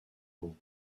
groupe